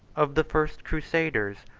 of the first crusaders,